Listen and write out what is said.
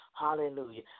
Hallelujah